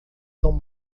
são